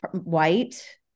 white